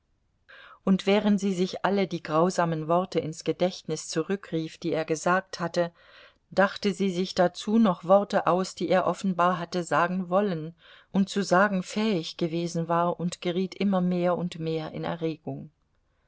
und während sie sich alle die grausamen worte ins gedächtnis zurückrief die er gesagt hatte dachte sie sich dazu noch worte aus die er offenbar hatte sagen wollen und zu sagen fähig gewesen war und geriet immer mehr und mehr in erregung